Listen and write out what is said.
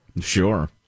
Sure